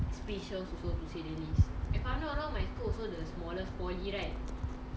really meh I thought like nanyang smaller no ah